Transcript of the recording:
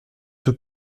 tout